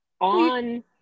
on